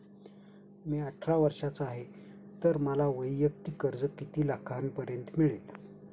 मी अठरा वर्षांचा आहे तर मला वैयक्तिक कर्ज किती लाखांपर्यंत मिळेल?